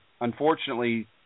Unfortunately